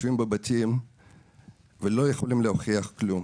יושבים בבתים ולא יכולי להוכיח כלום.